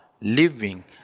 living